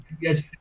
yes